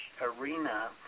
arena